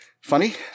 funny